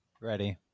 Ready